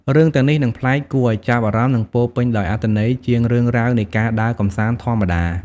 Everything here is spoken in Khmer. រឿងទាំងនេះនឹងប្លែក គួរឱ្យចាប់អារម្មណ៍ និងពោរពេញដោយអត្ថន័យជាងរឿងរ៉ាវនៃការដើរកម្សាន្តធម្មតា។